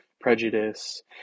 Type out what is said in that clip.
prejudice